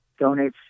donates